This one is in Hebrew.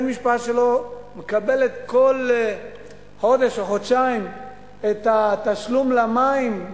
ואין משפחה שלא מקבלת כל חודש או חודשיים את התשלום למים,